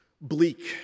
bleak